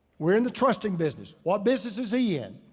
we're in the trusting business. what business is he in?